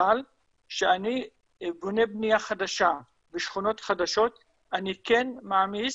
אבל כשאני בונה בנייה חדשה בשכונות חדשות אני כן מעמיס